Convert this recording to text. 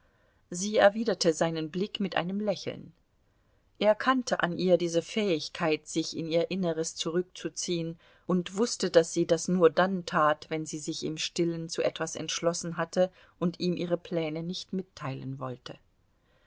sie erwiderte seinen blick mit einem lächeln er kannte an ihr diese fähigkeit sich in ihr inneres zurückzuziehen und wußte daß sie das nur dann tat wenn sie sich im stillen zu etwas entschlossen hatte und ihm ihre pläne nicht mitteilen wollte